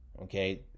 Okay